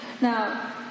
Now